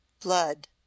blood